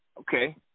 Okay